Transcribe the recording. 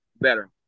better